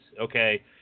okay